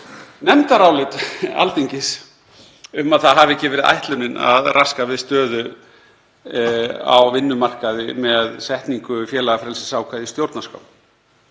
nefndarálit Alþingis um að það hafi ekki verið ætlunin að raska stöðu á vinnumarkaði með setningu félagafrelsisákvæðis í stjórnarskrá.